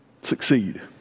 succeed